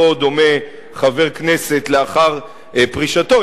ולא דומה חבר כנסת לאחר פרישתו,